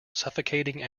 suffocating